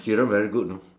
serum very good know